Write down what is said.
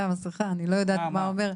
אני לא יודעת מה זה אומר.